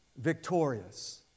victorious